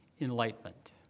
enlightenment